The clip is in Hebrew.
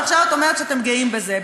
ועכשיו את אומרת שאתם גאים בזה.